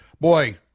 boy